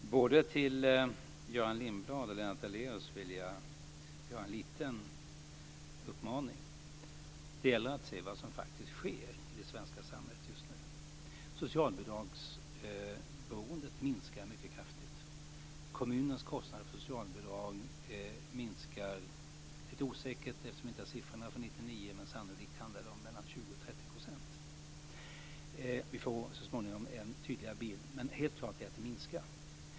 Fru talman! Till både Göran Lindblad och Lennart Daléus vill jag rikta en liten uppmaning. Det gäller att se vad som faktiskt sker i det svenska samhället just nu. Socialbidragsberoendet minskar mycket kraftigt. Kommunernas kostnad för socialbidrag minskar. Det är lite osäkert med hur mycket eftersom vi inte har siffrorna för 1999, men sannolikt handlar det om mellan 20 % och 30 %. Vi får så småningom en tydligare bild, men helt klart är att det minskar.